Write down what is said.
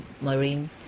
marine